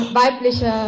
weibliche